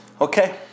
Okay